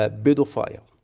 ah built of fire.